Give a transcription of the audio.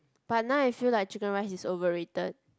but now I feel like chicken rice is overrated